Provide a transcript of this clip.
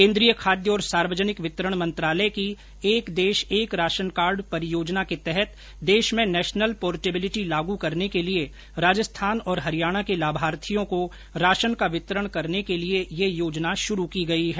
केन्द्रीय खाद्य और सार्वजनिक वितरण मंत्रालय की एक देश एक राशनकार्ड परियोजना के तहत देश में नेशनल पोर्टबिलिटी लागू करने के लिए राजस्थान और हरियाणा के लाभार्थियों को राशन का वितरण करने के लिए ये योजना शुरू की गई है